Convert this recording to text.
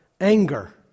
anger